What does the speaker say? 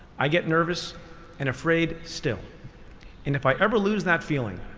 i get nervous and afraid still. and if i ever lose that feeling,